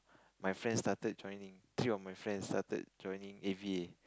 my friend started joining three of my friend started joining a_v_a